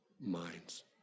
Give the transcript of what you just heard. minds